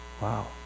Wow